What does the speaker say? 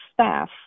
staff